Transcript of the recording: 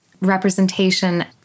representation